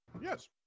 Yes